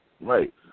Right